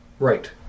Right